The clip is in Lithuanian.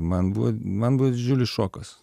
man buvo man buvo didžiulis šokas